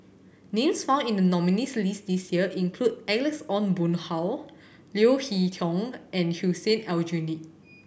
names found in the nominees' list this year include Alex Ong Boon Hau Leo Hee Tong and Hussein Aljunied